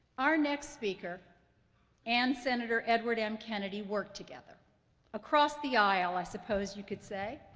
our next speaker and senator edward m. kennedy worked together across the aisle, i suppose you could say,